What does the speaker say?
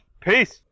Peace